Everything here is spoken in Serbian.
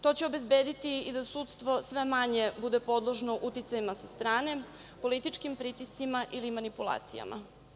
To će obezbediti i da sudstvo sve manje bude podložno uticajima sa strane, političkim pritiscima ili manipulacijama.